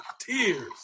Tears